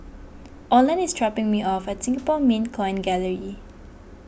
Oland is dropping me off at Singapore Mint Coin Gallery